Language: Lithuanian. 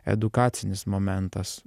edukacinis momentas